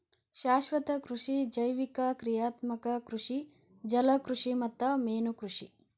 ಶಾಶ್ವತ ಕೃಷಿ ಜೈವಿಕ ಕ್ರಿಯಾತ್ಮಕ ಕೃಷಿ ಜಲಕೃಷಿ ಮತ್ತ ಮೇನುಕೃಷಿ